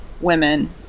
women